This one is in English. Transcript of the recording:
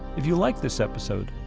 if you like this episode,